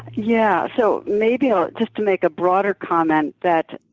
yeah, so maybe i'll just to make a broader comment that,